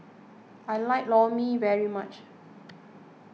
I like Lor Mee very much